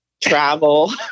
Travel